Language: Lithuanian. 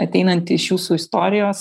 ateinant iš jūsų istorijos